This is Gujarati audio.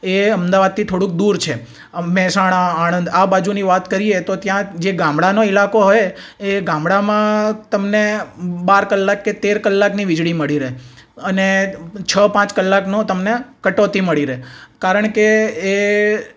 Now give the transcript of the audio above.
એ અમદાવાદથી થોડુંક દૂર છે મહેસાણા આણંદ આ બાજુની વાત કરીએ તો ત્યાં જે ગામડાનો ઇલાકો હોય એ ગામડામાં તમને બાર કલાક કે તેર કલાકની વીજળી મળી રહે અને છ પાંચ કલાકનો તમને કટોતી મળી રહે કારણકે એ